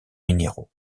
minéraux